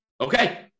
okay